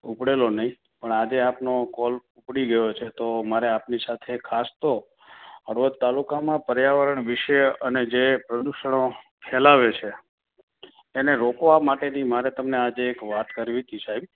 ઉપડેલો નહીં પણ આજે આપનો કૉલ ઉપડી ગયો છે તો મારે આપની સાથે ખાસ તો હળવદ તાલુકામાં પર્યાવરણ વિશે અને જે પ્રદૂષણો ફેલાવે છે એને રોકવા માટેની મારે તમને આજે એક વાત કરવી હતી સાહેબ